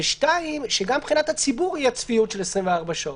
ושתיים, שגם מבחינת הציבור תהיה צפיות של 24 שעות.